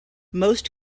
most